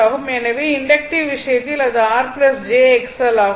எனவே இண்டக்ட்டிவ் விஷயத்தில் இது RjXL ஆகும்